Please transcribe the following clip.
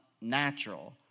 natural